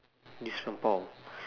gifts from paul